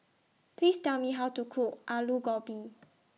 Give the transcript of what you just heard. Please Tell Me How to Cook Alu Gobi